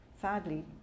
Sadly